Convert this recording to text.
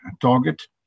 target